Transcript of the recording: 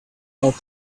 out